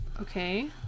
Okay